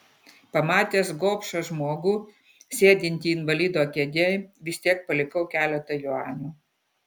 pamatęs gobšą žmogų sėdintį invalido kėdėj vis tiek palikau keletą juanių